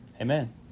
amen